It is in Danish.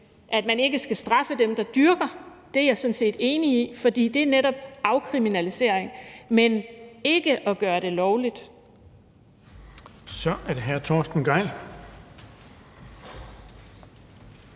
Man skal ikke straffe dem, der dyrker det; det er jeg sådan set enig i, for det er netop afkriminalisering, men ikke at gøre det lovligt.